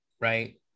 right